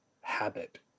habit